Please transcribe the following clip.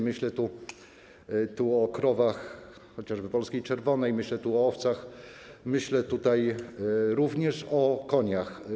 Myślę tu o krowach - chociażby o polskiej krowie czerwonej - myślę tu o owcach, myślę tutaj również o koniach.